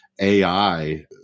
AI